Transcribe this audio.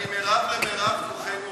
ממירב למרב כוחנו עולה.